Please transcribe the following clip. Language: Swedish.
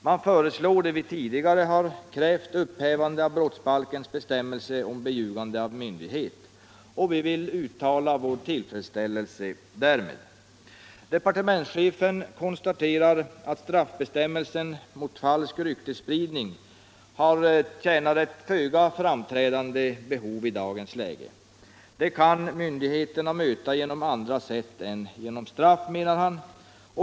Man föreslår det vi tidigare har krävt, upphävande av brottsbalkens bestämmelse om beljugande av myndighet. Vi vill uttala vår tillfredsställelse därmed. Departementschefen konstaterar att behovet av straffbestämmelse mot falsk ryktesspridning är föga framträdande i dagens läge; sådan kan myndigheterna möta på andra sätt än genom straff, menar han.